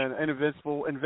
invincible